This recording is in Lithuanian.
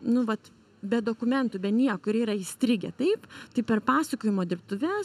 nu vat be dokumentų be nieko ir jie yra įstrigę taip tai per pasakojimo dirbtuves